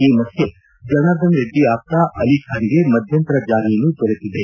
ಈ ಮಧ್ಯೆ ಜನಾರ್ದನ್ ರೆಡ್ಡಿ ಆಪ್ತ ಅಲಿಖಾನ್ಗೆ ಮಧ್ಯಂತರ ಜಾಮೀನು ದೊರೆತಿದೆ